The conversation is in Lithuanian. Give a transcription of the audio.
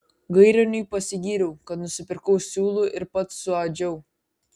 gairioniui pasigyriau kad nusipirkau siūlų ir pats suadžiau